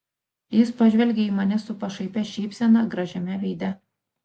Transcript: jis pažvelgė į mane su pašaipia šypsena gražiame veide